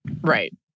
Right